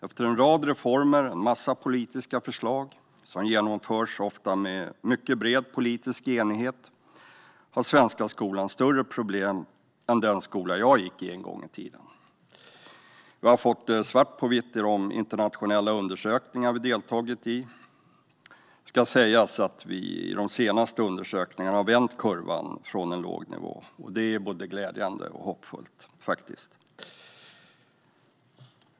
Efter en rad reformer och en massa politiska förslag, som ofta genomförs med mycket bred politisk enighet, har den svenska skolan större problem än den skola jag en gång i tiden gick i. Vi har fått det svart på vitt i de internationella undersökningar vi har deltagit i. Det ska sägas att vi i de senaste undersökningarna har vänt kurvan från en låg nivå, vilket faktiskt är både glädjande och hoppfullt.